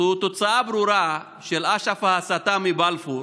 זו תוצאה ברורה של אשף ההסתה מבלפור,